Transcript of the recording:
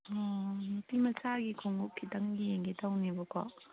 ꯑꯣ ꯅꯨꯄꯤ ꯃꯆꯥꯒꯤ ꯈꯣꯡꯎꯞ ꯈꯤꯠꯇ ꯌꯦꯡꯒꯦ ꯇꯧꯅꯦꯕꯀꯣ